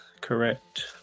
correct